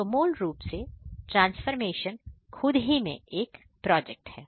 तो मूल रूप से ट्रांसफॉरमेशन खुद ही में एक प्रोजेक्ट है